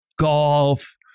golf